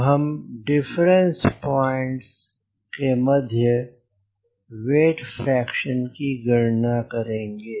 अब हम difference points के मध्य वेट फ्रैक्शन की गणना करेंगे